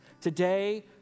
Today